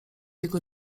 niego